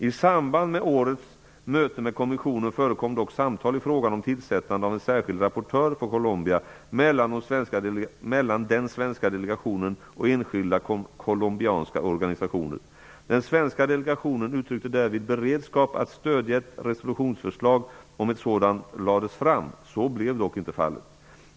I samband med årets möte med kommissionen förekom dock samtal i frågan om tillsättande av en särskild rapportör för Colombia mellan den svenska delegationen och enskilda colombianska organisationer. Den svenska delegationen uttryckte därvid beredskap att stödja ett resolutionsförslag om ett sådant lades fram. Så blev dock inte fallet.